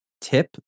tip